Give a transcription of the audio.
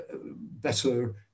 better